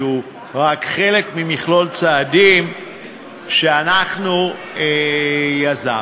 שהוא רק חלק ממכלול הצעדים שאנחנו יזמנו.